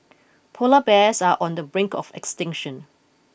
Polar bears are on the brink of extinction